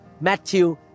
Matthew